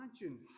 imagine